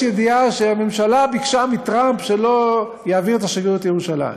יש ידיעה שהממשלה ביקשה מטראמפ שלא יעביר את השגרירות לירושלים.